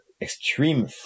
extreme